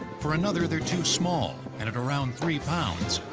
for another, they're too small, and at around three pounds,